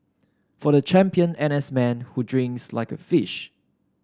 for the champion N S man who drinks like a fish